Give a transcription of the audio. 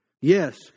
Yes